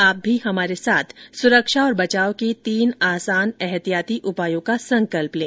आप भी हमारे साथ सुरक्षा और बचाव के तीन आसान एहतियाती उपायों का संकल्प लें